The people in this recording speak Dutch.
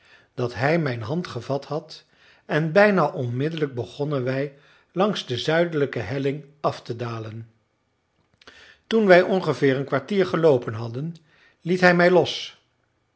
dat hij mijn hand gevat had en bijna onmiddellijk begonnen wij langs de zuidelijke helling af te dalen toen wij ongeveer een kwartier geloopen hadden liet hij mij los